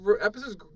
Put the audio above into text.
episode's